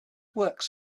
works